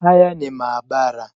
Haya ni maabara.